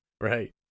Right